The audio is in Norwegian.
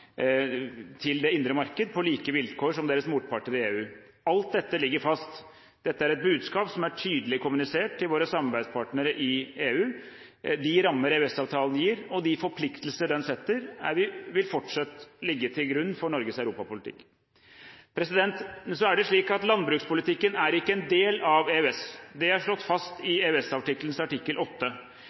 til det indre marked på like vilkår som deres motparter i EU. Alt dette ligger fast. Dette er et budskap som er tydelig kommunisert til våre samarbeidspartnere i EU. De rammer EØS-avtalen gir, og de forpliktelser den setter, vil fortsette å ligge til grunn for Norges europapolitikk. Så er det slik at landbrukspolitikken ikke er en del av EØS. Det er slått fast i EØS-avtalens artikkel